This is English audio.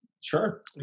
Sure